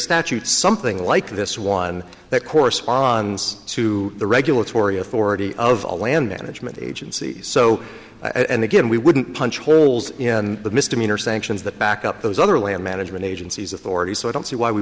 statute something like this one that corresponds to the regulatory authority of a land management agency so and again we wouldn't punch holes in the misdemeanor sanctions that back up those other land management agencies authorities so i don't see why we